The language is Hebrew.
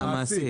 המעסיק.